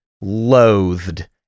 loathed